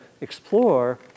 explore